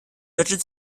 deutsche